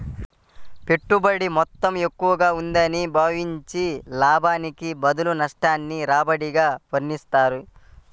పెట్టుబడి మొత్తం ఎక్కువగా ఉందని భావించి, లాభానికి బదులు నష్టాన్ని రాబడిగా వర్ణిస్తారు